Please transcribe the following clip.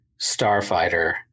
starfighter